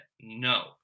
no